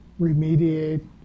remediate